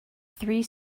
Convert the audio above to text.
three